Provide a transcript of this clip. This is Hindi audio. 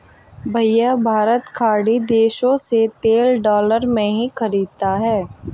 भैया भारत खाड़ी देशों से तेल डॉलर में ही खरीदता है